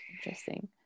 interesting